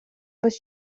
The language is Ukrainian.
без